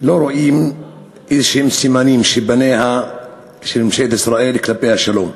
לא רואים סימנים כלשהם שפניה של ממשלת ישראל כלפי השלום.